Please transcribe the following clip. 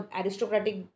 aristocratic